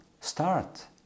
start